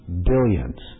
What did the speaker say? billions